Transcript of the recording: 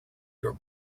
your